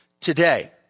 today